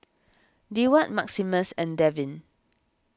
Deward Maximus and Davin